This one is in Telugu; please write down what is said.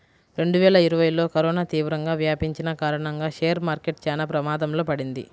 రెండువేల ఇరవైలో కరోనా తీవ్రంగా వ్యాపించిన కారణంగా షేర్ మార్కెట్ చానా ప్రమాదంలో పడింది